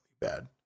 bad